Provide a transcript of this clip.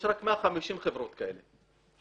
יש רק 150 חברות כאלה,